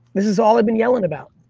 this is all i've been yelling about